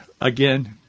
again